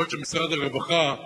בעוד שמשרד הרווחה,